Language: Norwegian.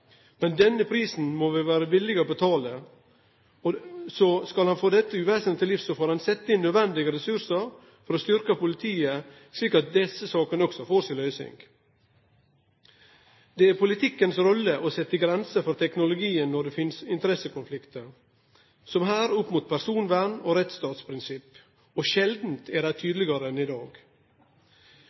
men den prisen må vi vere villige til å betale. Så, skal ein få dette uvesenet til livs, får ein setje inn nødvendige ressursar for å styrkje politiet, slik at desse sakene også får si løysing. Det er politikkens rolle å setje grenser for teknologien når det finst interessekonfliktar, som her opp mot personvern og rettsstatsprinsipp, og sjeldan er det tydelegare enn i dag.